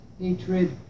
hatred